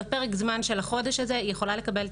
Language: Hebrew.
בפרק הזמן של החודש הזה היא יכולה לקבל,